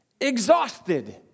exhausted